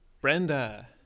Brenda